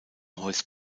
heuss